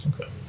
Okay